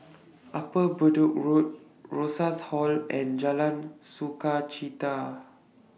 Upper Bedok Road Rosas Hall and Jalan Sukachita